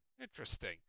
Interesting